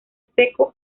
seco